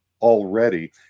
already